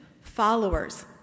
followers